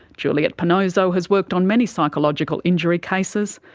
juliet panozzo has worked on many psychological injury cases,